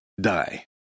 die